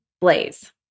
Blaze